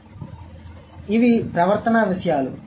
కాబట్టి ఇవి ప్రవర్తనా విషయాలు